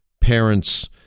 parents